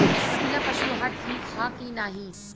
कपिला पशु आहार ठीक ह कि नाही?